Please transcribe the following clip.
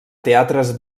teatres